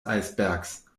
eisbergs